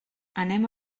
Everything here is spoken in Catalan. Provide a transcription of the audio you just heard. anem